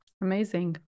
Amazing